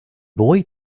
boy